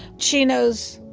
chinos,